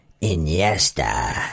Iniesta